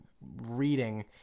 reading